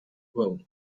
good